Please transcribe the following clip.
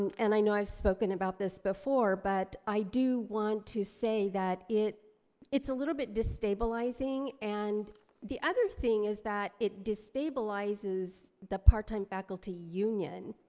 and i know i've spoken about this before but i do want to say that it's a little bit destabilizing and the other thing is that it destabilizes the part-time faculty union.